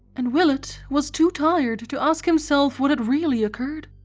and willett was too tired to ask himself what had really occurred.